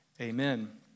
Amen